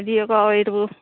হেৰি আকৌ এইটো